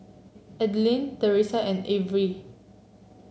Aidyn Theresa and Avery